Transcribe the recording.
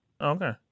Okay